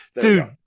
Dude